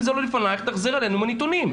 אם זה לא לפנייך תחזרי אלינו עם הנתונים.